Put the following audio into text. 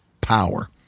power